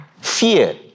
Fear